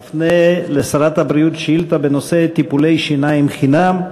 מפנה לשרת הבריאות שאילתה בנושא: טיפולי שיניים חינם.